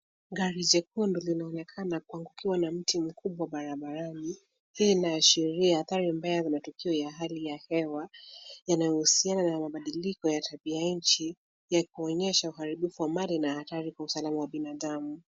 Gari jekundu linaonekana kuangukiwa na mti mkubwa barabarani. Hii inaashiria athari mbaya za matokeo ya hali ya hewa, inayohusiana na mabadiliko ya tabia nchi ya kuonyesha uharibifu wa mali na hatari kwa usalama wa binadamu.